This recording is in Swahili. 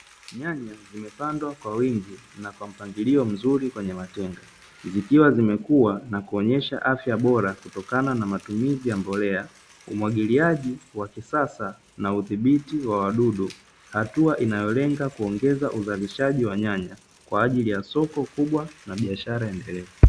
Nyanya zimepangwa kwa wingi kwa mpangilio mzuri kwenye matenga zikiwa zimekua na kuonyesha afya bora kutokana na matumizi ya mbolea, umwagiliaji wa kisasa na udhibiti wa wadudu. Hatua inayolenga kuongeza uzalishaji nyanya kwa ajili ya soko kubwa na biashara endelevu.